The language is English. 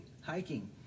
hiking